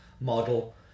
model